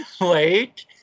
wait